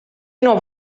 nuovo